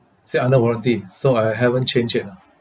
still under warranty so I haven't changed it ah